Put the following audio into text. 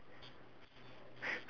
joking joking joking joking joking